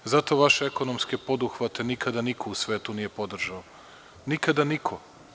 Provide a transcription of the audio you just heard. Zato vaš ekonomske poduhvate nikada niko u svetu nije podržao, nikada niko.